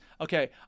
Okay